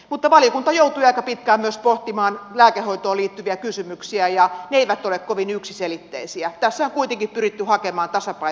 mutta valiokunta joutui aika pitkään myös pohtimaan lääkehoitoon liittyviä kysymyksiä ja ne eivät ole kovin yksiselitteisiä tässä kuitenkin yli tuhat emäntänsä vai